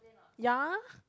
ya